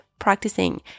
practicing